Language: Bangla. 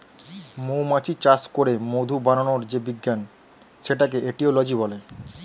মৌমাছি চাষ করে মধু বানানোর যে বিজ্ঞান সেটাকে এটিওলজি বলে